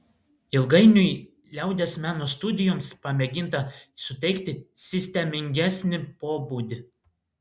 ilgainiui liaudies meno studijoms pamėginta suteikti sistemingesnį pobūdį